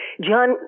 John